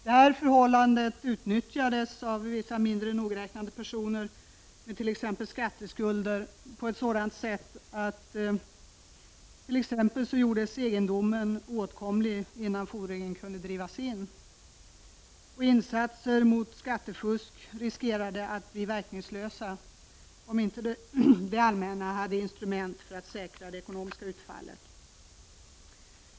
Detta utnyttjades av vissa mindre nogräknade personer med t.ex. skatteskulder på ett sådant sätt att t.ex. egendom gjordes oåtkomlig innan fordringen kunde drivas in. Insatser mot skattefusk riskerade att bli verkningslösa om inte det allmänna hade instrument för att säkra det ekonomiska utfallet.